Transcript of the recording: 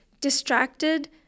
distracted